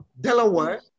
Delaware